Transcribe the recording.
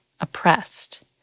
oppressed